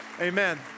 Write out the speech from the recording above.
amen